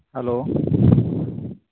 hello